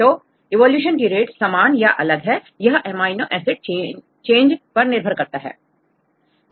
तो इवोल्यूशन की रेट समान या अलग है यह अमीनो एसिड चेंज पर निर्भर करता है